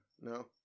No